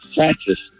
Francis